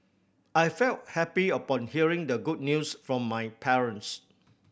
I felt happy upon hearing the good news from my parents